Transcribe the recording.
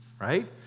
Right